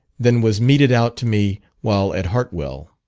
than was meted out to me while at hartwell.